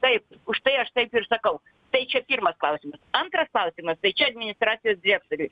taip užtai aš taip ir sakau tai čia pirmas klausimas antras klausimas tai čia administracijos direktoriui